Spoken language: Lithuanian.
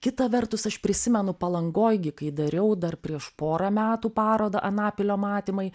kita vertus aš prisimenu palangoj gi kai dariau dar prieš porą metų parodą anapilio matymai